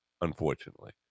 unfortunately